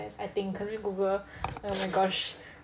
yes I think let me google oh my gosh